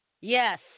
Yes